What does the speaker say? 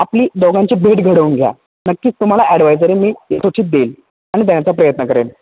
आपली दोघांची भेट घडवून घ्या नक्की तुम्हाला ॲडवाइजरी मी देईल आणि देण्याचा प्रयत्न करेन